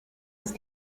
ist